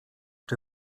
czy